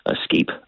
escape